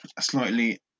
slightly